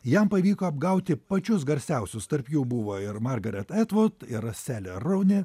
jam pavyko apgauti pačius garsiausius tarp jų buvo ir margareth atwood ir raselė rouni